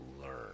learn